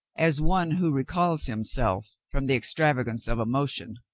as one who recalls himself from the extravagance of emotion.